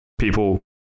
People